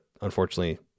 unfortunately